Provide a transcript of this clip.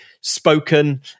spoken